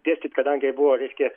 dėstyt kadangi buvo reiškia